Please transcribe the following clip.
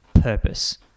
purpose